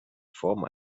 formen